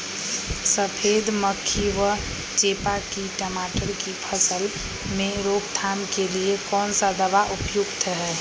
सफेद मक्खी व चेपा की टमाटर की फसल में रोकथाम के लिए कौन सा दवा उपयुक्त है?